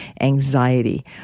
anxiety